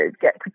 get